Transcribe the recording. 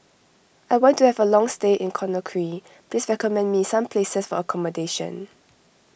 I want to have a long stay in Conakry please recommend me some places for accommodation